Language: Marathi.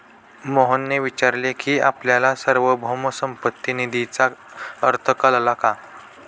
मोहनने विचारले की आपल्याला सार्वभौम संपत्ती निधीचा अर्थ कळला का?